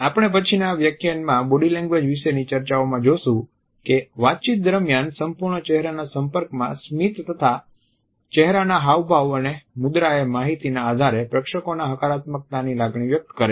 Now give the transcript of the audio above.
આપણે પછીના વ્યાખ્યાનમાં બોડી લેંગ્વેજ વિશેની ચર્ચાઓમાં જોશું કે વાતચીત દરમિયાન સંપૂર્ણ ચહેરાના સંપર્કમાં સ્મિત તથા ચેહરાના હાવભાવ અને મુદ્રા એ માહિતીના આધારે પ્રેક્ષકોમાં હકારાત્મકતાની લાગણી વ્યક્ત કરે છે